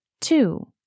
Two